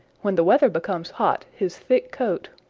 when the weather becomes hot his thick coat,